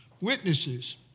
Witnesses